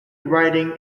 writing